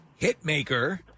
hitmaker